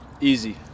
Easy